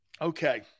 Okay